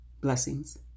Blessings